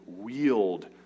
wield